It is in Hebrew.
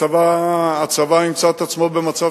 הצבא ימצא את עצמו במצב